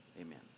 Amen